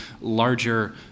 larger